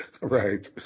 Right